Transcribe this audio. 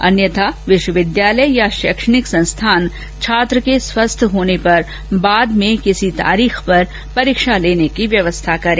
अन्यथा विश्वविद्यालय या शैक्षणिक संस्थान छात्र के स्वस्थ होने पर बाद की किसी तारीख पर परीक्षा लेने की व्यवस्था करें